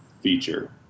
feature